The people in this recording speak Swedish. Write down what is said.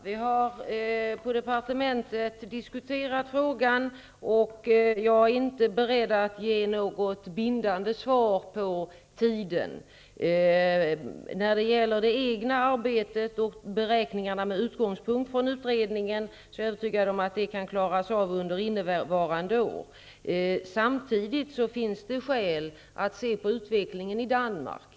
Fru talman! Vi har diskuterat frågan i departementet, men jag är inte beredd att lämna något bindande svar beträffande tiden. När det gäller det egna arbetet och beräkningarna med utgångspunkt i utredningen är jag övertygad om att man kan bli klar under innevarande år. Samtidigt finns det skäl att se på utvecklingen i Danmark.